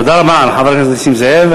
תודה רבה לחבר הכנסת נסים זאב.